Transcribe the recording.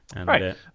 Right